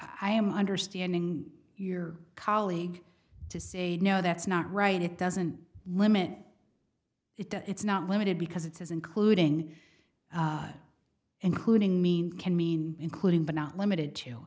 i am understanding your colleague to say no that's not right it doesn't limit it does it's not limited because it is including including mean can mean including but not limited to